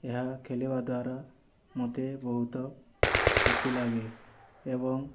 ଏହା ଖେଳିବା ଦ୍ଵାରା ମୋତେ ବହୁତ ଖୁସି ଲାଗେ ଏବଂ